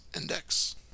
Index